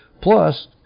Plus